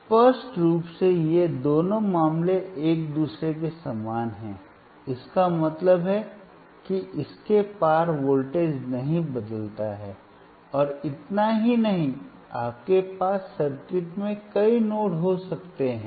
तो स्पष्ट रूप से ये दोनों मामले एक दूसरे के समान हैं इसका मतलब है कि इसके पार वोल्टेज नहीं बदलता है और इतना ही नहीं आपके पास सर्किट में कई नोड हो सकते हैं